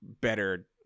better